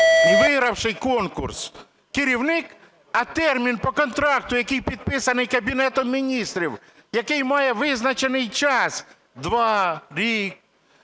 і вигравший конкурс керівник, - а термін по контракту, який підписаний Кабінетом Міністрів, який має визначений час (два, рік,